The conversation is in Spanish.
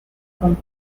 con